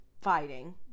fighting